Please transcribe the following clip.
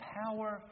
power